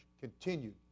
continued